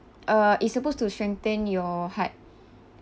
uh it's supposed to strengthen your heart